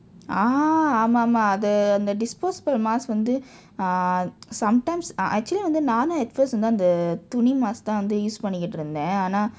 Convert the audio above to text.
ah ஆமாம் ஆமாம் அது அந்த:aamam aamam athu antha disposable mask வந்து:vanthu ah sometimes ah actually வந்து நானும்:vanthu naanum at first வந்து அந்த துணி:vanthu antha thuni mask தான் வந்து:thaan vanthu use பண்ணிக்கிட்டு இருந்தேன் ஆனால்:pannikittu irunthaen aaanaal